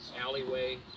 alleyway